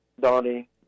Donnie